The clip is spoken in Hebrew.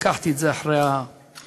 לקחתי את זה אחרי המלחמה,